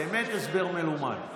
באמת הסבר מלומד.